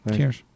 Cheers